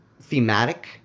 thematic